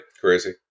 Crazy